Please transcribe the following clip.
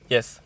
Yes